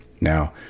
Now